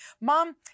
Mom